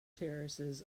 terraces